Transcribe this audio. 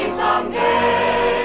someday